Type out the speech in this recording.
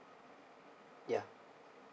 ya